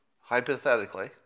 hypothetically